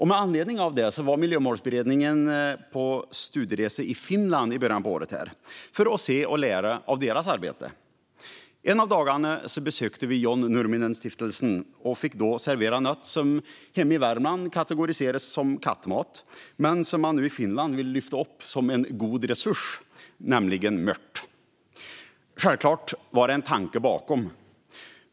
Med anledning av detta var Miljömålsberedningen i början av året på studieresa till Finland för att se och lära av deras arbete. En av dagarna besökte vi John Nurminens Stiftelse och fick oss då serverat något som hemma i Värmland kategoriseras som kattmat men som man nu i Finland vill lyfta upp som en god resurs, nämligen mört. Självklart var det en tanke bakom.